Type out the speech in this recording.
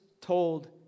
told